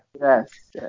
Yes